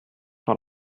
par